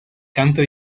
canto